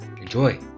enjoy